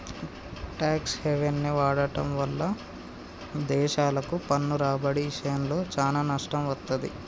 tax హెవెన్ని వాడటం వల్ల దేశాలకు పన్ను రాబడి ఇషయంలో చానా నష్టం వత్తది